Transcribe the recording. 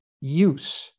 use